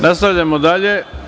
Nastavljamo dalje.